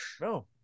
no